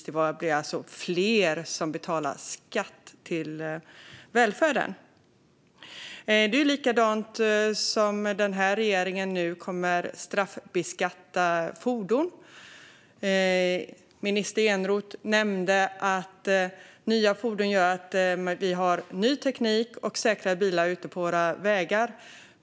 Det blev alltså fler som betalade skatt till välfärden. Den här regeringen kommer nu att straffbeskatta fordon. Minister Eneroth nämnde att nya fordon gör att vi har ny teknik och säkrare bilar ute på våra vägar.